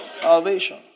Salvation